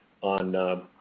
on, –